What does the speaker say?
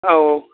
औ औ